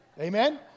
Amen